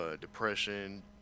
depression